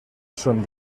són